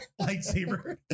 lightsaber